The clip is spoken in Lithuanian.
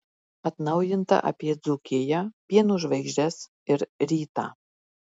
atnaujinta apie dzūkiją pieno žvaigždes ir rytą